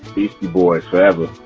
beastie boys, forever